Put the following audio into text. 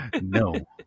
No